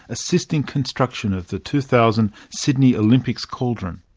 assisting construction of the two thousand sydney olympics cauldron.